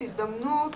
לעניין 2%,